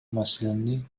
маселени